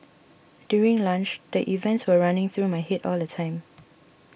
during lunch the events were running through my head all the time